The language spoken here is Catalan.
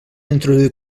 introduir